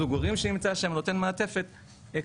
זוג הורים שנמצא שם ונותן מעטפת נורמטיבית